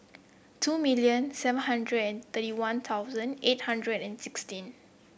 two million seven hundred and thirty One Thousand eight hundred and sixteen